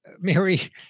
Mary